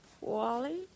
Wally